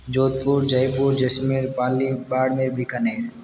Jodhpur Jaipur Jaisalmer Pali Barmer Bikaner